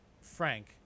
Frank